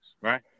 right